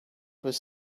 was